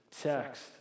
text